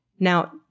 Now